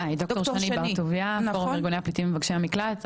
אני דוקטור שני בר טוביה מפורום ארגוני הפליטים ומבקשי המקלט.